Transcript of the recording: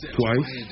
twice